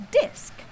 disc